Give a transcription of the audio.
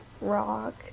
rock